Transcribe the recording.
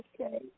Okay